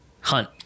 Hunt